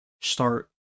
start